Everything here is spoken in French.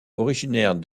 originaire